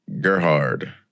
Gerhard